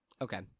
Okay